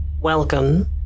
Welcome